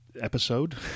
episode